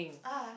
ah